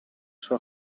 sua